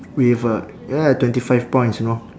with a ya twenty five points you know